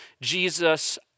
jesus